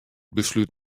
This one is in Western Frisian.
beslút